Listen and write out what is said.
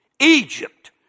Egypt